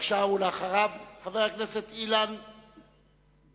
בבקשה, ואחריו, חבר הכנסת אילן גילאון.